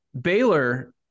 Baylor